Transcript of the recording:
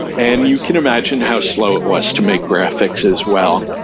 and you can imagine how slow it was to make graphics as well.